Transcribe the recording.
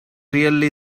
really